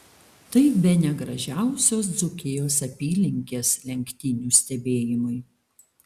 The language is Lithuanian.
tai bene gražiausios dzūkijos apylinkės lenktynių stebėjimui